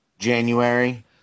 January